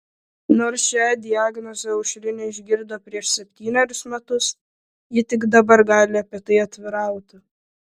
nors šią diagnozę aušrinė išgirdo prieš septynerius metus ji tik dabar gali apie tai atvirauti